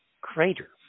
crater